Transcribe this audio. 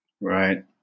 Right